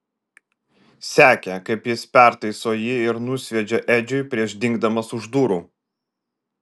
sekė kaip jis pertaiso jį ir nusviedžia edžiui prieš dingdamas už durų